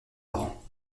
parents